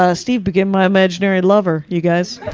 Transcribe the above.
ah steve became my imaginary lover. you guys.